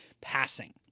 Passing